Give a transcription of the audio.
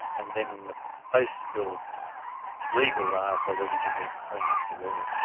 and then in the post-spill legal liability, we need to clean up the laws.